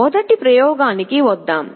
మొదటి ప్రయోగానికి వద్దాం